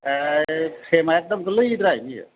ए फ्रेमआ एखदम गोरलैद्राय